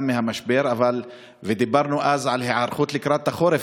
מהמשבר ודיברנו אז על היערכות לקראת החורף.